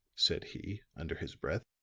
said he, under his breath.